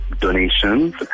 donations